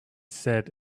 said